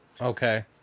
Okay